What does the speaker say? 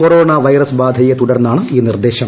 corona virus ബാധയെ തുടർന്നാണ് ഈ നിർദ്ദേശം